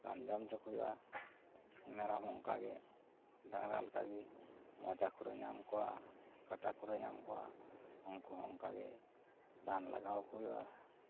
ᱨᱟᱱ ᱡᱚᱢᱦ ᱚᱪᱚᱠᱚ ᱦᱩᱭᱩᱜᱼᱟ ᱢᱮᱨᱚᱢᱦᱚᱸ ᱚᱝᱠᱟᱜᱮ ᱰᱟᱝᱜᱽᱨᱟ ᱞᱮᱠᱟᱜᱮ ᱢᱚᱪᱟ ᱠᱷᱩᱨᱟᱹ ᱧᱟᱢ ᱠᱚᱣᱟ ᱠᱟᱴᱟ ᱠᱷᱩᱨᱟᱹ ᱧᱟᱢ ᱠᱚᱣᱟ ᱩᱝᱠᱚ ᱦᱚᱸ ᱚᱝᱠᱟᱜᱮ ᱨᱟᱱ ᱞᱟᱜᱟᱣᱟᱠᱚ ᱦᱩᱭᱩᱜᱼᱟ